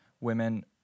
women